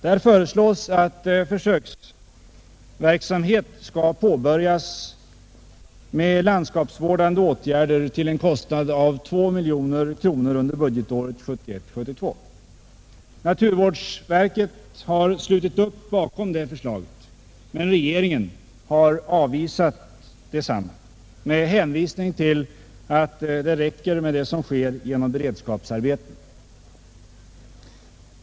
Där föreslås att försöksverksamhet skall påbörjas med landskapsvårdande åtgärder till en kostnad av två miljoner kronor under budgetåret 1971/72. Naturvårdsverket har slutit upp bakom detta förslag, men regeringen har avvisat detsamma med hänvisning till att det räcker med det som sker genom beredskapsarbeten.